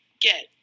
get